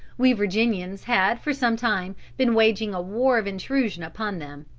we virginians had for some time been waging a war of intrusion upon them,